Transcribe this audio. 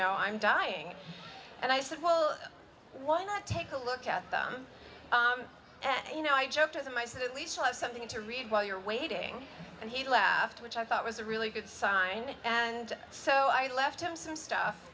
know i'm dying and i said well why not take a look at them and you know i joke to them i said at least i'll have something to read while you're waiting and he laughed which i thought was a really good sign and so i left him some stuff